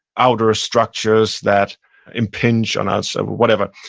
outer structures that impinge on us, whatever.